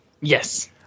yes